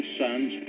sons